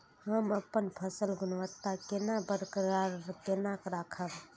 हम अपन फसल गुणवत्ता केना बरकरार केना राखब?